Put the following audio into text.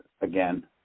again